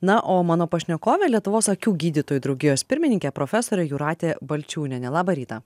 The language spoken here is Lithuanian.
na o mano pašnekovė lietuvos akių gydytojų draugijos pirmininkė profesorė jūratė balčiūnienė labą rytą